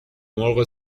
مرغ